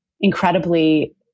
incredibly